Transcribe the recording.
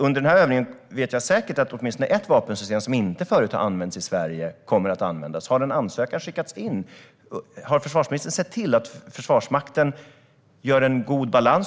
Under den här övningen vet jag säkert att åtminstone ett vapensystem kommer att användas som inte förut har använts i Sverige. Har en ansökan skickats in om detta? Har försvarsministern sett till att Försvarsmakten har en god balans?